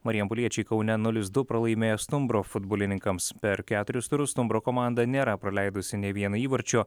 marijampoliečiai kaune nulis du pralaimėjo stumbro futbolininkams per keturis turus stumbro komanda nėra praleidusi nė vieno įvarčio